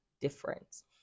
difference